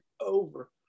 over